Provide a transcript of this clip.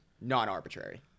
non-arbitrary